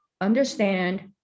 understand